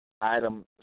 item